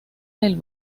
del